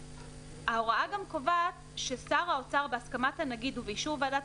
ההוראה גם קובעת ששר האוצר בהסכמת הנגיד ובאישור ועדת